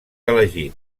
elegit